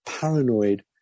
paranoid